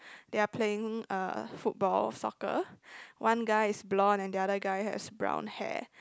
they're playing uh football soccer one guy is blonde and the other guy has brown hair